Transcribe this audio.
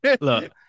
look